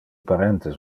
parentes